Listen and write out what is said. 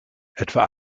etwa